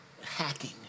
hacking